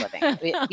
living